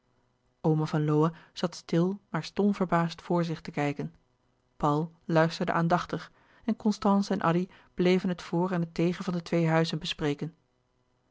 oma van lowe zat stil maar stom verbaasd voor zich te kijken paul luisterde aandachtig en constance en addy bleven het voor en het tegen van de twee huizen bespreken